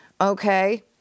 Okay